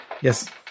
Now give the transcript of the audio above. Yes